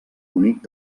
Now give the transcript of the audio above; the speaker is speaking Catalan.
únic